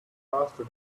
faster